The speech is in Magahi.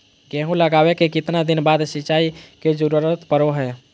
गेहूं लगावे के कितना दिन बाद सिंचाई के जरूरत पड़ो है?